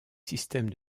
système